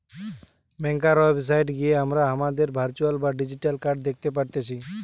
ব্যাংকার website গিয়ে হামরা হামাদের ভার্চুয়াল বা ডিজিটাল কার্ড দ্যাখতে পারতেছি